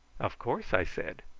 of course, i said.